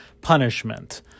punishment